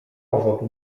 powodu